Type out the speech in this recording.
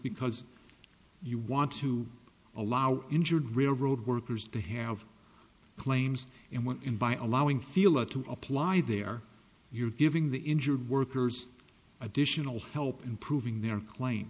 because you want to allow injured railroad workers that have claims and went in by allowing feel or to apply there you're giving the injured workers additional help in proving their cla